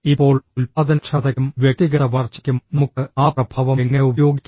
ഇപ്പോൾ ഉൽപ്പാദനക്ഷമതയ്ക്കും വ്യക്തിഗത വളർച്ചയ്ക്കും നമുക്ക് ആ പ്രഭാവം എങ്ങനെ ഉപയോഗിക്കാം